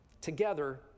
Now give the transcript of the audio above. together